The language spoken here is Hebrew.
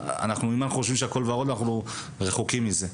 אנחנו חושבים שהכול ורוד אבל אנחנו רחוקים מזה.